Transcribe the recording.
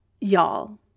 Y'all